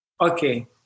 Okay